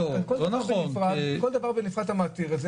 כל דבר בנפרד אתה מתיר.